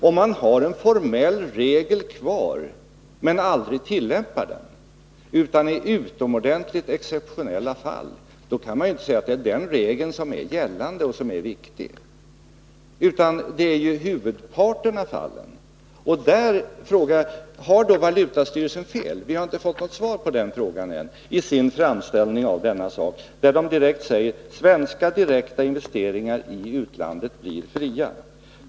Om man har kvar en formell regel men aldrig tillämpar den utom i utomordentligt exceptionella fall, då kan man inte säga att det är den regeln som är gällande och som är viktig. Man måste se till huvudparten av fallen. Jagställer frågan — vi har inte fått något svar på den än: Har valutastyrelsen fel i sin framställning av denna sak, där man direkt säger: ”Svenska direkta investeringar i utlandet blir fria.